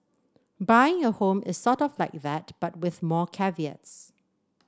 buying a home is sort of like that but with more caveats